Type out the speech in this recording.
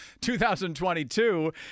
2022